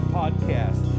podcast